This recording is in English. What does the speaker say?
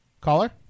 Caller